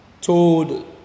told